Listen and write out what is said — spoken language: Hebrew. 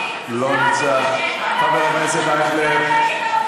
לא נמצא, חבר הכנסת אייכלר,